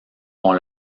ont